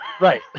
Right